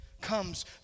comes